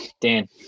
Dan